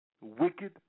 Wicked